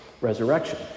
resurrection